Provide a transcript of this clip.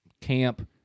camp